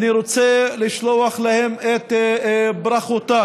אני רוצה לשלוח להם את ברכותיי